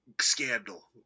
scandal